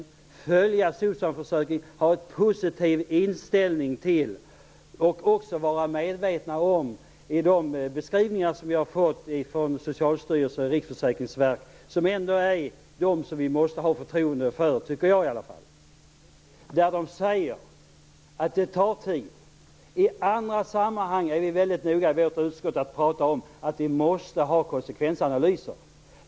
Låt oss följa SOCSAM-försöken och ha en positiv inställning. Låt oss också vara medvetna om de beskrivningar som vi har fått från Socialstyrelsen och Riksförsäkringsverket. Det är ändå dem vi måste ha förtroende för, det tycker i alla fall jag. De säger att det tar tid. I andra sammanhang är vi i vårt utskott mycket noga med att prata om att vi måste ha konsekvensanalyser.